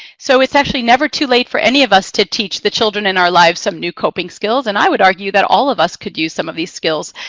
so it's actually never too late for any of us to teach the children in our lives some new coping skills, and i would argue that all of us could use some of these skills.